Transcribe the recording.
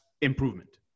improvement